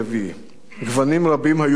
גוונים רבים היו באישיותו.